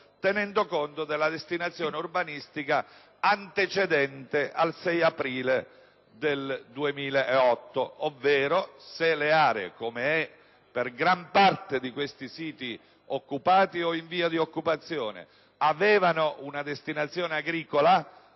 «tenuto conto delle destinazioni urbanistiche antecedenti la data del 6 aprile 2009»; ovvero, se le aree, come è per gran parte di questi siti occupati o in via di occupazione, avevano una destinazione agricola